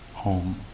Home